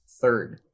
third